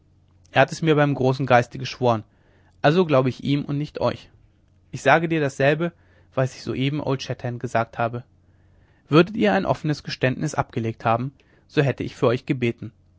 er hat es mir beim großen geiste geschworen also glaube ich ihm und nicht euch ich sage dir dasselbe was ich soeben old shatterhand gesagt habe würdet ihr ein offenes geständnis abgelegt haben so hätte ich für euch gebeten